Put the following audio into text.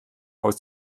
aus